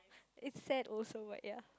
it's sad also what ya